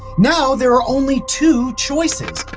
now, there are only two choices.